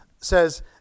says